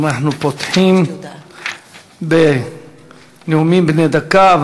אנחנו פותחים בנאומים בני דקה,